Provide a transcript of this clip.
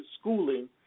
schooling